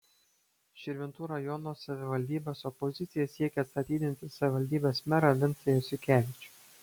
širvintų rajono savivaldybės opozicija siekia atstatydinti savivaldybės merą vincą jasiukevičių